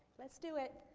let's do it.